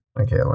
Okay